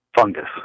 fungus